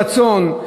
לא רק ברצון,